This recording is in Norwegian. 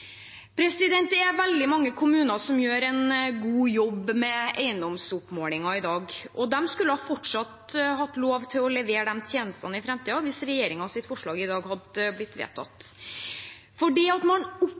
Det er veldig mange kommuner som gjør en god jobb med eiendomsoppmålingen i dag. De skulle fortsatt hatt lov til å levere de tjenestene i framtiden hvis regjeringens forslag i dag hadde blitt vedtatt. Det at man